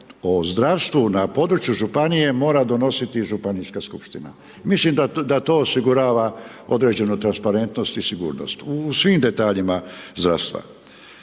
o zdravstvu na području županije mora donositi županijska skupština. Mislim da to osigurava određenu transparentnost i sigurnost u svim detaljima zdravstva.